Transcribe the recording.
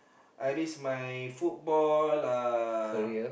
I risk my football uh